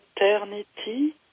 eternity